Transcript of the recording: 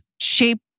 shape